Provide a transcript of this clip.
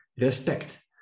respect